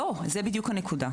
לא, זו בדיוק הנקודה.